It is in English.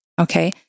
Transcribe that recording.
Okay